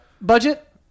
budget